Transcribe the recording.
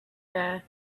bear